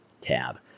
tab